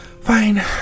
Fine